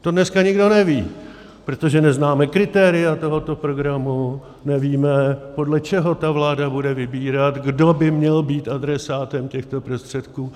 To dneska nikdo neví, protože neznáme kritéria tohoto programu, nevíme, podle čeho ta vláda bude vybírat, kdo by měl být adresátem těchto prostředků.